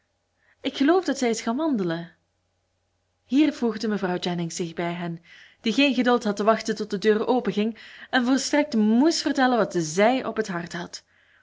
ik geloof dat zij is gaan wandelen hier voegde mevrouw jennings zich bij hen die geen geduld had te wachten tot de deur openging en volstrekt moest vertellen wat zij op het hart had